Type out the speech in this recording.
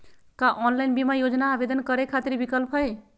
का ऑनलाइन बीमा योजना आवेदन करै खातिर विक्लप हई?